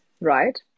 right